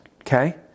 okay